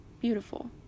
beautiful